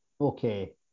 Okay